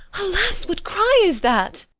alas, what cry is that?